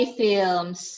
films